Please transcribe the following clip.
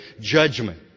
judgment